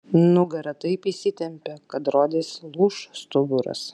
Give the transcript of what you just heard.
nugara taip įsitempė kad rodėsi lūš stuburas